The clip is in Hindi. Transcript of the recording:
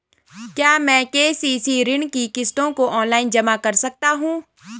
क्या मैं के.सी.सी ऋण की किश्तों को ऑनलाइन जमा कर सकता हूँ?